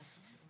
כן.